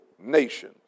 nation